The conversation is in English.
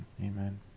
Amen